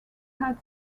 had